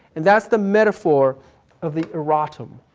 and that's the metaphor of the erratum,